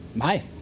hi